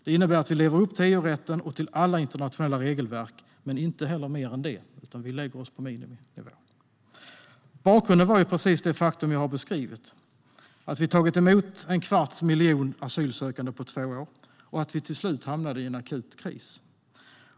Det innebär att Sverige lever upp till EU-rätten och till alla internationella regelverk, men inte heller mer än det. Vi lägger oss på miniminivå. Bakgrunden var precis det faktum jag har beskrivit. Sverige har tagit emot en kvarts miljon asylsökande på två år, och Sverige har till slut hamnat i en akut kris.